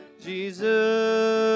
Jesus